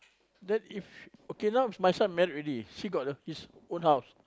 then if okay now if my son married already she got a his own house